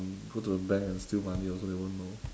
go to the bank and steal money also they won't know